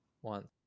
One